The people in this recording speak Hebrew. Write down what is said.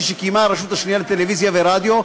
שקיימה הרשות השנייה לטלוויזיה ורדיו,